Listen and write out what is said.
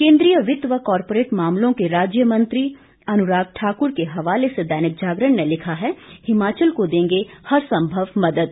केंद्रीय वित्त व कारपोरेट मामलों के राज्य मंत्री अनुराग ठाकुर के हवाले से दैनिक जागरण ने लिखा है हिमाचल को देंगे हरसंभव मदद